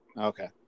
Okay